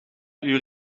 uur